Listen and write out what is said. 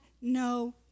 no